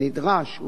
הוחזר לכביש.